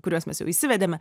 kuriuos mes jau įsivedėme